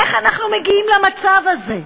איך אנחנו מגיעים למצב הזה?